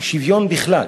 שוויון בכלל